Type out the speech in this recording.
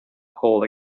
hole